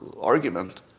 argument